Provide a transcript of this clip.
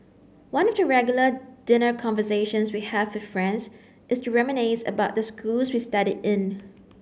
one of the regular dinner conversations we have with friends is to reminisce about the schools we studied in